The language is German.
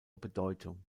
bedeutung